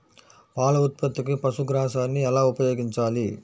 పాల ఉత్పత్తికి పశుగ్రాసాన్ని ఎలా ఉపయోగించాలి?